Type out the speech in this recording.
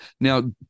Now